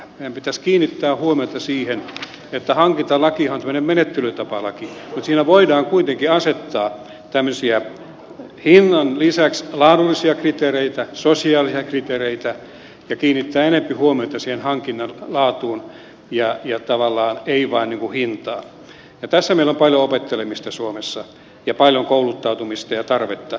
meidän pitäisi kiinnittää huomiota siihen että hankintalakihan on menettelytapalaki mutta siinä voidaan kuitenkin asettaa hinnan lisäksi laadullisia kriteereitä sosiaalisia kriteereitä ja kiinnittää enempi huomiota siihen hankinnan laatuun ja tavallaan ei vain hintaan ja tässä meillä on paljon opettelemista suomessa ja paljon kouluttautumista ja tarvetta